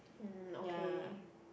um okay